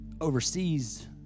overseas